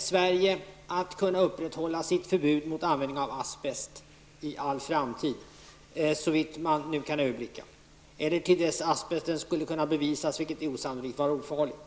Sverige att kunna upprätthålla sitt förbud mot användning av asbest i all framtid, såvitt man nu kan överblicka, eller till dess att asbest kan bevisas vara ofarlig, vilket är osannolikt?